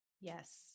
Yes